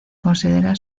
considera